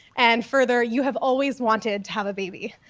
and further, you have always wanted to have a baby.